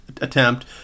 attempt